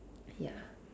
ya